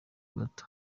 bato